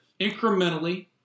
incrementally